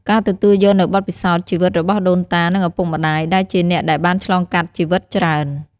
ការទទួលយកនូវបទពិសោធន៍ជីវិតរបស់ដូនតា និងឪពុកម្តាយ ដែលជាអ្នកដែលបានឆ្លងកាត់ជីវិតច្រើន។